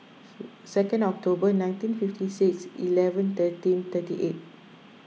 second October nineteen fifty six eleven thirteen thirty eight